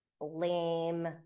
lame